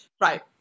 Right